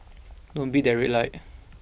don't beat that red light